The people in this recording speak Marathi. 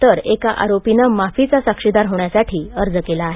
तर एका आरोपीने माफीचा साक्षीदार होण्यासाठी अर्ज केला आहे